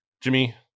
Jimmy